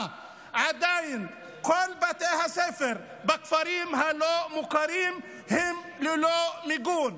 עדיין כל בתי הספר בכפרים הלא-מוכרים הם ללא מיגון.